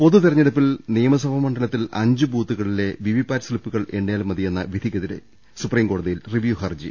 പൊതുതിരഞ്ഞെടുപ്പിൽ നിയമസഭാ മണ്ഡലത്തിൽ അഞ്ച് ബൂത്തുകളിലെ വിവിപാറ്റ് സ്ലിപ്പുകൾ എണ്ണിയാൽ മതിയെന്ന വിധി യ്ക്കെതിരേ സുപ്രീംകോടതിയിൽ റിവ്യുഹർജി